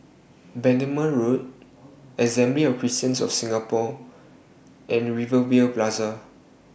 Bendemeer Road Assembly of Christians of Singapore and Rivervale Plaza